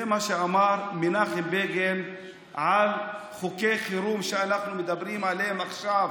זה מה שאמר מנחם בגין על חוקי החירום שאנחנו מדברים עליהם עכשיו.